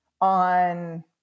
on